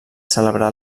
celebrà